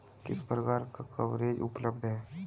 किस प्रकार का कवरेज उपलब्ध है?